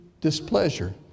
displeasure